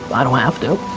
i don't have to.